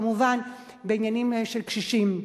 כמובן בעניינים של קשישים.